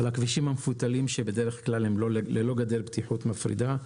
על הכבישים המפותלים שבדרך כלל הם ללא גדל בטיחות מפרידה,